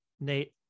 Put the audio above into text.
nate